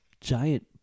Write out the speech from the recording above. giant